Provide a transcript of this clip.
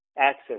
access